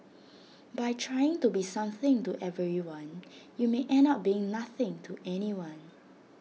by trying to be something to everyone you may end up being nothing to anyone